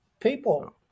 People